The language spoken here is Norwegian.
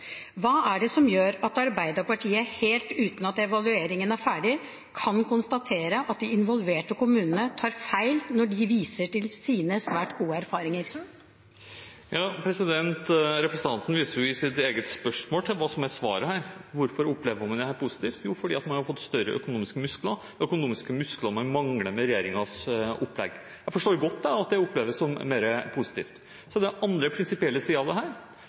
Hva er det som gjør at Arbeiderpartiet, selv uten at evalueringen er ferdig, kan konstatere at de involverte kommunene tar feil når de viser til sine svært gode erfaringer? Representanten viste jo i sitt eget spørsmål til hva som er svaret her – hvorfor opplever man det som positivt? Jo, fordi man har fått større økonomiske muskler, økonomiske muskler man mangler med regjeringens opplegg. Jeg forstår godt at det oppleves som mer positivt. Så er det andre prinsipielle sider ved dette. Eldreomsorgen er et ansvar som er pålagt kommunene. Det